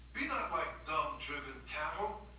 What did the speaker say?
be not like dumb, driven cattle.